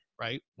right